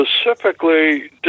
specifically